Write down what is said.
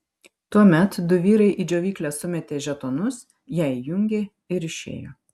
tuomet du vyrai į džiovyklę sumetė žetonus ją įjungė ir išėjo